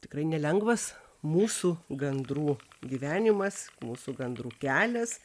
tikrai nelengvas mūsų gandrų gyvenimas mūsų gandrų kelias